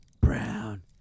brown